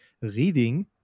Reading